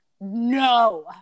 no